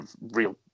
real